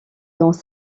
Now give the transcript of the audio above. dans